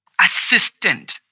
assistant